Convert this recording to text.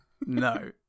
No